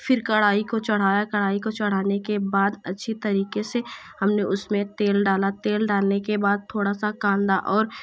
फिर कड़ाही को चढ़ाया कढ़ाही को चढ़ाने के बाद अच्छी तरीके हमने उसमें तेल डाला तेल डालने के बाद थोड़ा सा कांदा और